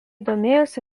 domėjosi